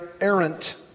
errant